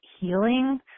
healing